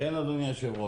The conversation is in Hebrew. לגבי סעיף (42)